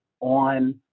on